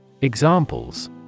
Examples